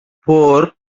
four